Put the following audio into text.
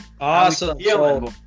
Awesome